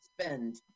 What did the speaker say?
spend